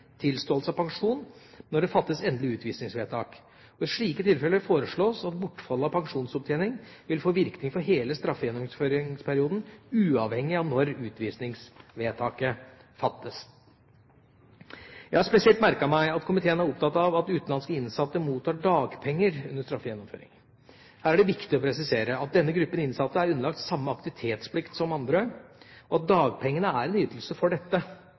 beregning/tilståelse av pensjon når det fattes endelig utvisningsvedtak. I slike tilfeller foreslås det at bortfallet av pensjonsopptjening vil få virkning for hele straffegjennomføringsperioden uavhengig av når utvisningsvedtaket fattes. Jeg har spesielt merket meg at komiteen er opptatt av at utenlandske innsatte mottar dagpenger under straffegjennomføringen. Her er det viktig å presisere at denne gruppen innsatte er underlagt samme aktivitetsplikt som andre, og at dagpengene er en ytelse for dette.